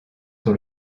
sur